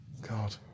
God